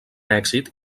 èxit